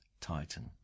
Titan